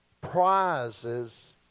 prizes